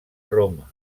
roma